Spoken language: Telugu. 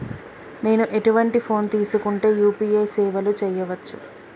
నేను ఎటువంటి ఫోన్ తీసుకుంటే యూ.పీ.ఐ సేవలు చేయవచ్చు?